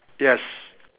yes